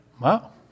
Wow